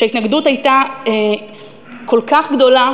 שההתנגדות לעלייה שלה ארצה הייתה כל כך גדולה,